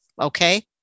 Okay